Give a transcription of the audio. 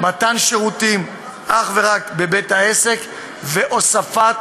מתן שירותים אך ורק בבית-העסק והוספת